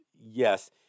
Yes